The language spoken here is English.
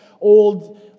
old